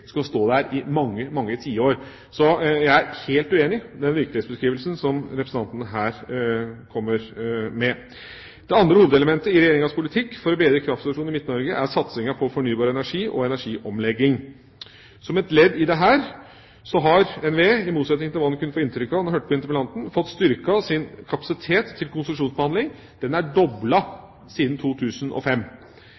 skal stå der i mange, mange tiår. Jeg er helt uenig i den virkelighetsbeskrivelsen som representanten her kommer med. Det andre hovedelementet i Regjeringas politikk for å bedre kraftsituasjonen i Midt-Norge er satsinga på fornybar energi og energiomlegging. Som et ledd i dette har NVE, i motsetning til hva en kunne få inntrykk av da en hørte på interpellanten, fått styrket sin kapasitet til konsesjonsbehandling. Den er